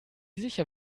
sicher